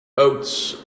oats